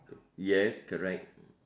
yes correct